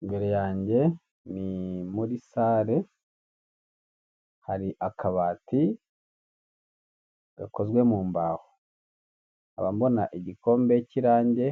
Imbere yanjye ni muri sare hari akabati gakozwe mu mbaho, nkaba mbona igikombe k'range